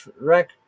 wreck